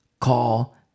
call